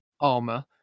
armor